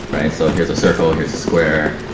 right? so here's a circle, here's a square,